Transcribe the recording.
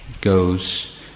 goes